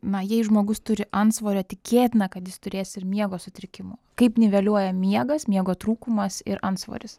na jei žmogus turi antsvorio tikėtina kad jis turės ir miego sutrikimų kaip niveliuoja miegas miego trūkumas ir antsvoris